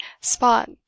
spot